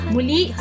Muli